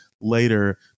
later